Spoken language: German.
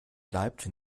bleibt